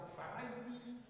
varieties